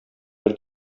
бер